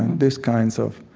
these kinds of